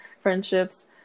friendships